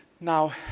Now